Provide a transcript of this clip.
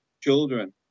children